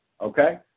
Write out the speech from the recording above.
okay